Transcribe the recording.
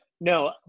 no